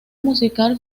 musical